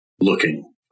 looking